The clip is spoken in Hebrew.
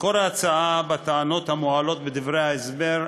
מקור ההצעה בטענות המועלות בדברי ההסבר,